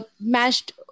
mashed